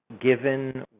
given